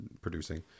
producing